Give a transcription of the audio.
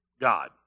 God